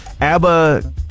ABBA